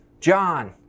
John